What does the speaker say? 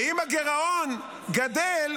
ואם הגירעון גדל,